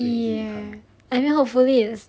ya mean hopefully is